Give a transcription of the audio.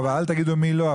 אל תגידו מי לא,